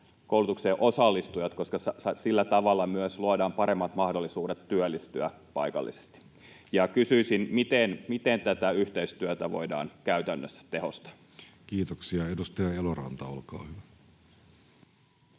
koulutukseen osallistuvat, koska sillä tavalla myös luodaan paremmat mahdollisuudet työllistyä paikallisesti. Kysyisin: miten tätä yhteistyötä voidaan käytännössä tehostaa? Kiitoksia. — Edustaja Eloranta, olkaa hyvä.